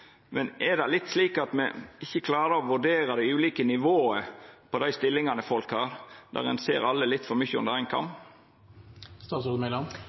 men er det litt slik at me ikkje klarer å vurdera dei ulike nivåa på dei stillingane folk har, der ein skjer alle litt for mykje over ein